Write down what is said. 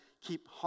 keep